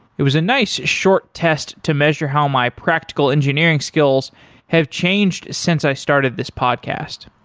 it was a nice short test to measure how my practical engineering skills have changed since i started this podcast.